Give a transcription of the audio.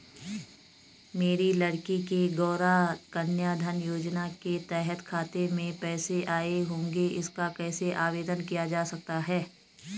मेरी लड़की के गौंरा कन्याधन योजना के तहत खाते में पैसे आए होंगे इसका कैसे आवेदन किया जा सकता है?